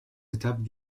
étapes